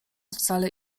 wcale